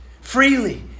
freely